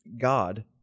God